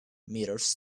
meters